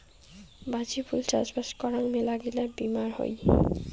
বাজি ফুল চাষবাস করাং মেলাগিলা বীমার হই